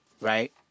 right